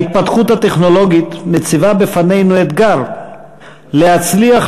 ההתפתחות הטכנולוגית מציבה בפנינו אתגר להצליח